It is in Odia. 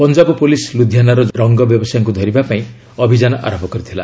ପଞ୍ଜାବ ପୁଲିସ୍ ଲୁଧିଆନାର କଣେ ରଙ୍ଗ ବ୍ୟବସାୟୀଙ୍କୁ ଧରିବା ପାଇଁ ଅଭିଯାନ ଆରମ୍ଭ କରିଥିଲା